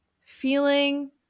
feeling